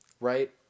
right